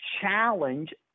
challenge